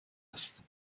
است